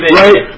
right